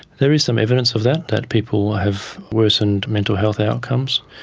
there is some evidence of that, that people have worsened mental health outcomes.